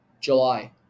July